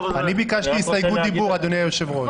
אני ביקשתי הסתייגות דיבור, אדוני היושב-רש.